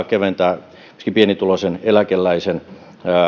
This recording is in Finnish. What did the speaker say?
keventää myöskin pienituloisen eläkeläisen